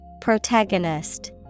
Protagonist